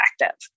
effective